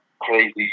crazy